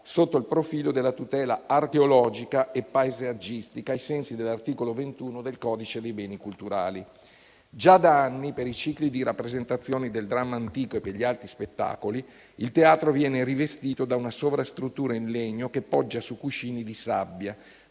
sotto il profilo della tutela archeologica e paesaggistica, ai sensi dell'articolo 21 del codice dei beni culturali. Già da anni, per i cicli di rappresentazione del dramma antico e degli altri spettacoli, il teatro viene rivestito da una sovrastruttura in legno che poggia su cuscini di sabbia,